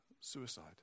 suicide